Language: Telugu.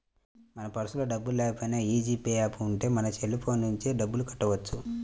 మన పర్సులో డబ్బుల్లేకపోయినా యీ జీ పే యాప్ ఉంటే మన సెల్ ఫోన్ నుంచే డబ్బులు కట్టొచ్చు